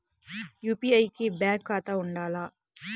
UPI కి bank ఖాతా ఉండాల?